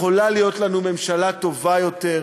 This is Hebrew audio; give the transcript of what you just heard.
יכולה להיות לנו ממשלה טובה יותר,